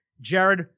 Jared